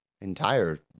entire